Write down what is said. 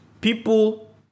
People